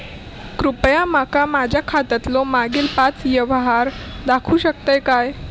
कृपया माका माझ्या खात्यातलो मागील पाच यव्हहार दाखवु शकतय काय?